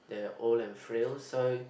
they're old and frail so